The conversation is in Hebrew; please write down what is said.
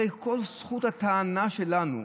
הרי כל זכות הטענה שלנו,